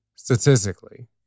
Statistically